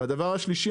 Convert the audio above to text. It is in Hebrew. הדבר השלישי,